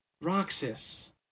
Roxas